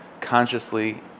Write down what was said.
consciously